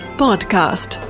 podcast